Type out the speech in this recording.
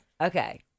Okay